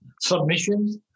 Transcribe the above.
submissions